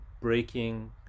breaking